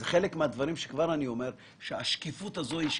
את השקיפות הזאת נהיה,